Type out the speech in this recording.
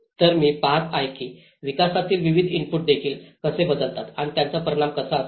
तर मी पाहत आहे की विकासातील विविध इनपुट देखील कसे बदलतात आणि त्याचा परिणाम कसा असेल